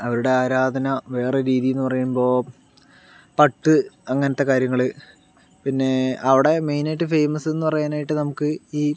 അവരുടെ ആരാധന വേറെ രീതിയെന്നു പറയുമ്പോൾ പട്ട് അങ്ങനത്തെ കാര്യങ്ങൾ പിന്നെ അവിടെ മെയിനായിട്ട് ഫേമസ് എന്നു പറയാനായിട്ട് നമുക്ക് ഈ